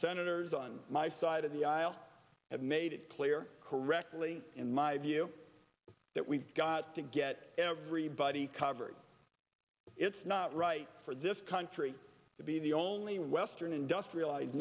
senators on my side of the aisle have made it clear correctly in my view that we've got to get everybody covered it's not right for this country to be the only western industrialized